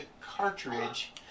cartridge